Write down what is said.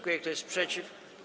Kto jest przeciw?